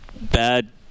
bad